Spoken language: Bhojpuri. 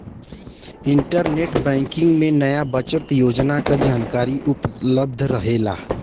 इंटरनेट बैंकिंग में नया बचत योजना क जानकारी उपलब्ध रहेला